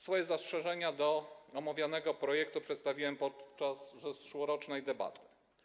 Swoje zastrzeżenia co do omawianego projektu przedstawiłem podczas zeszłorocznej debaty.